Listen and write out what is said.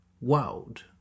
world